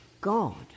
God